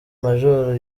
majoro